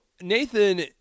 Nathan